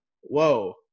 Whoa